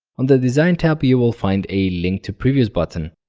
on the design tab you will find a link to previous button.